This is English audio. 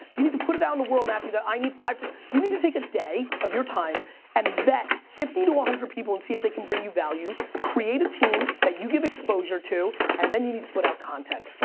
you need to put it out in the world, matthew, that i need five to, you need to take a day of your time and vet fifty to one hundred people, and see if they can bring you value, create a team that you give exposure to, and then you need to put out content.